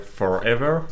forever